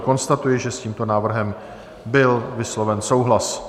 Konstatuji, že s tímto návrhem byl vysloven souhlas.